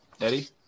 eddie